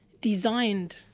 designed